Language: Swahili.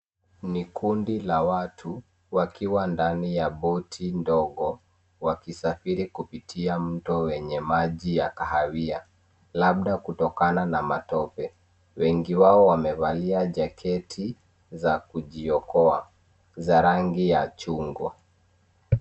Ni kundi la watu, wakiwa ndani ya boti ndogo, wakisafiri kupitia mto wenye maji ya kahawia, labda kutokana na matope. Wengi wao wamevaa jaketi za kujiokoa za rangi ya chungwa.